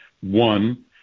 One